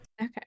okay